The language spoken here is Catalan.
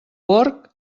porc